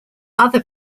other